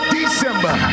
december